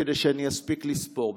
כדי שאני אספיק לספור,